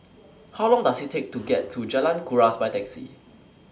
How Long Does IT Take to get to Jalan Kuras By Taxi